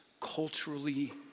culturally